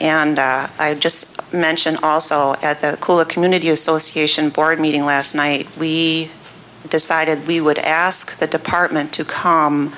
and i just mention also at the school the community association board meeting last night we decided we would ask the department to c